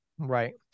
Right